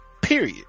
period